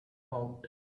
bought